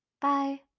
Bye